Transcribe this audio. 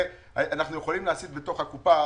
אנחנו יכולים להסית בתוך הקופה